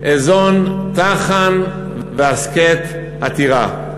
"אזון תחן והסכת עתירה".